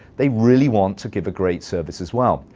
they really want to give a great service as well.